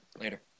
Later